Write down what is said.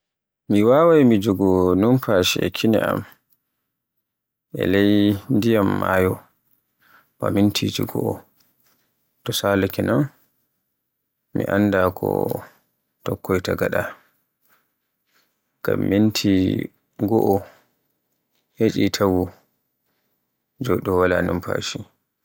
Mi wawan mi jogo numfashi e kine am e leydi ndiyam maayo ba minti go. To salaake non mi annda ko tokkoyta gaɗa. Minti goo hecci taagu joɗo wala numfashi.